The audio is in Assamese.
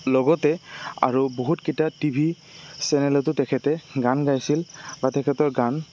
লগতে আৰু বহুতকেইটা টিভি চেনেলতো তেখেতে গান গাইছিল বা তেখেতৰ গান